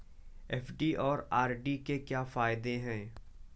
FD और RD के क्या फायदे हैं?